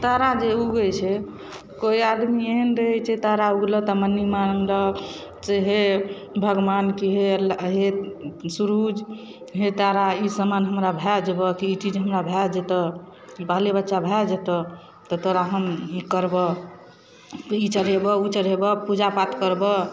तारा जे उगै छै कोइ आदमी एहन रहै छै जे तारा उगलक तऽ मनि माँगलक से हे भगवान हे अल्ला हे सुरुज हे तारा ई समान हमरा भऽ जेबऽ तऽ ई चीज हमरा भऽ जेतऽ बाले बच्चा भऽ जेतऽ तऽ तोरा हम ई करबै ई चढ़ेबऽ ओ चढ़ेबऽ पूजा पाठ करबै